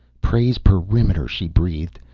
praise perimeter! she breathed.